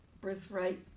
birthright